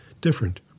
different